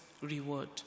reward